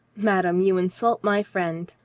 madame, you insult my friend,